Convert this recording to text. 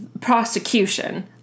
prosecution